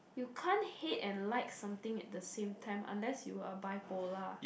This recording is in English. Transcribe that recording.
you can't hate and like something at the same time unless you are bipolar